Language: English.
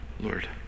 Lord